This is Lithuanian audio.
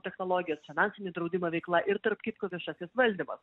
technologijos finansinio draudimo veikla ir tarp kitko viešasis valdymas